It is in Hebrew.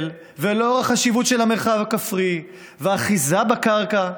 ולאור החשיבות של המרחב הכפרי והאחיזה בקרקע,